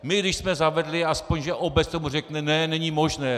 My když jsme zavedli aspoň, že obec k tomu řekne ne, není možné!